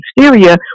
exterior